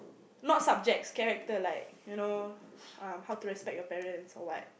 not subjects character like you know how to respect your parents or what